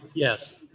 yes.